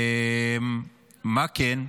מה כן?